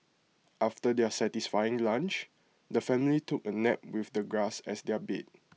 after their satisfying lunch the family took A nap with the grass as their bed